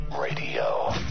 Radio